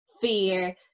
fear